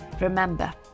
Remember